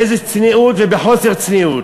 באיזו צניעות או חוסר צניעות.